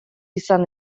izan